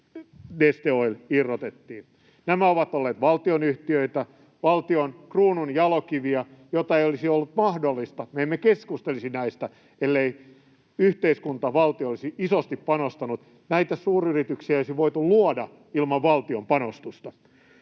Nämä ovat olleet valtionyhtiöitä, valtion kruununjalokiviä, jotka eivät olisi olleet mahdollisia ja me emme keskustelisi näistä, ellei yhteiskunta, valtio, olisi isosti panostanut niihin. Näitä suuryrityksiä ei olisi voitu luoda ilman valtion panostusta.